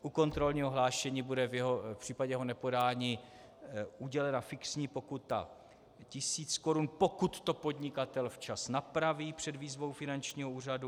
U kontrolního hlášení bude v případě jeho nepodání udělena fixní pokuta tisíc korun, pokud to podnikatel včas napraví před výzvou finančního úřadu.